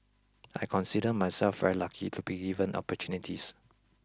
I consider myself very lucky to be given opportunities